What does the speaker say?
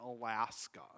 Alaska